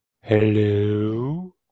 Hello